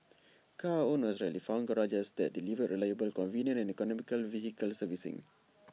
car owners rarely found garages that delivered reliable convenient and economical vehicle servicing